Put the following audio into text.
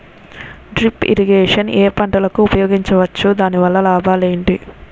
Drip irrigation ఏ పంటలకు ఉపయోగించవచ్చు? దాని వల్ల లాభాలు ఏంటి?